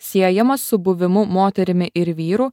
siejamas su buvimu moterimi ir vyru